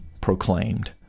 proclaimed